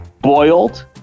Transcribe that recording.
boiled